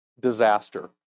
disaster